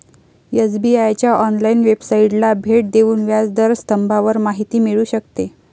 SBI च्या online वेबसाइटला भेट देऊन व्याज दर स्तंभावर माहिती मिळू शकते